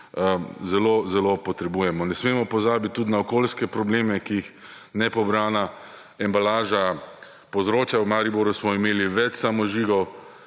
zelo zelo potrebujemo. Ne smemo pozabiti tudi na okoljske probleme, ki jih nepobrana embalaža povzroča. V Mariboru smo imeli več samovžigov